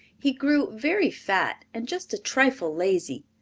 he grew very fat and just a trifle lazy,